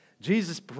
Jesus